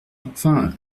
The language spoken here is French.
enfin